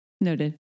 noted